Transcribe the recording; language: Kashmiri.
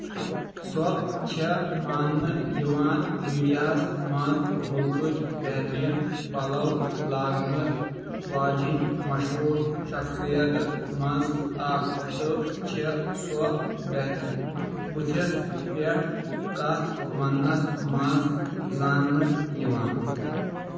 سۄ چھےٚ ماننہٕ یِوان میڈیاہَس منٛز مُلکٕچ بہتریٖن پَلَو لاگنہٕ واجیٚنۍ مشہوٗر شخصیتہ منٛز اکھ تہٕ چھےٚ سۄ بیہہ بُتھِس پیٹھ کَتھ وننَس منٛز زاننہٕ یِوان